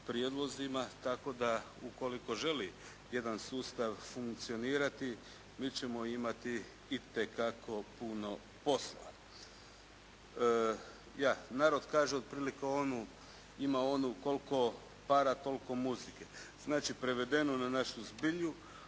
prijedlozima tako da ukoliko želi jedan sustav funkcionirati mi ćemo imati itekako puno posla. Narod kaže otprilike onu, ima ono koliko para toliko muzike. Znači prevedeno na našu zbilju,